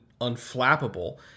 unflappable